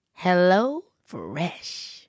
HelloFresh